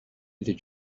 did